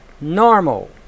normal